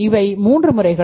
இவை 3 முறைகள்